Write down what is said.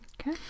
Okay